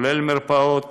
כולל מרפאות,